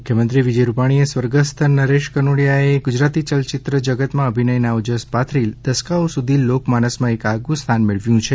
મુખ્યમંત્રી વિજય રૂપાણીએ સ્વગર્સ્થ નરેશ કનોડિયા એ ગુજરાતી યલચિત્ર જગતમાં અભિનયના ઓજસ પાથરી દસકાઓ સુધી લોક માનસમાં એક આગવુ સ્થાન મેળવ્યુ છે